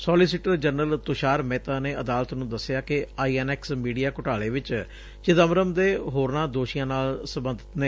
solicitor general Tushar Mehta ਨੇ ਅਦਾਲਤ ਨੰ ਦਸਿਆ ਕਿ ਆਈ ਐਨ ਐਕਸ ਮੀਡੀਆ ਘੁਟਾਲੇ ਵਿਚ ਚਿਦੰਬਰਮ ਦੇ ਹੋਰਨਾਂ ਦੋਸ਼ੀਆਂ ਨਾਲ ਸਬੰਧ ਨੇ